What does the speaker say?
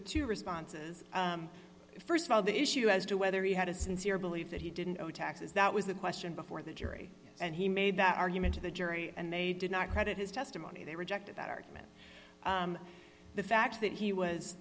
two responses st of all the issue as to whether he had a sincere belief that he didn't owe taxes that was the question before the jury and he made that argument to the jury and they did not credit his testimony they rejected that argument the fact that he was